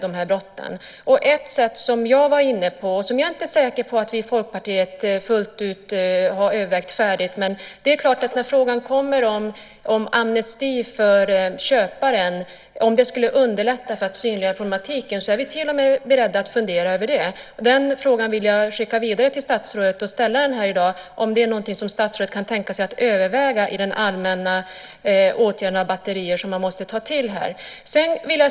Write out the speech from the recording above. Ett sätt som jag var inne på, och som jag inte är säker på att vi i Folkpartiet övervägt fullt ut ännu, var amnesti. När frågan om amnesti för köparen uppstår, alltså om det skulle underlätta genom att synliggöra problematiken, är vi beredda att till och med fundera över en sådan åtgärd. Jag vill skicka frågan vidare till statsrådet och undrar om det är något som statsrådet kan tänka sig att överväga i det allmänna batteriet av åtgärder som man måste ta till.